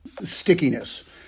stickiness